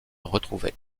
retrouvé